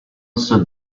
stood